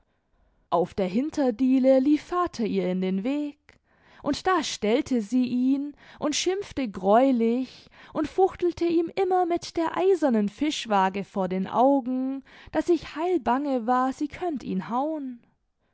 auf der hinterdiele lief vater ihr in den weg und da stellte sie um und schimpfte greulich und fuchtelte ihm immer mit der eisernen fischwage vor den augen daß ich heil bange war sie könnt ihn hauen